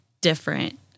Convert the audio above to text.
different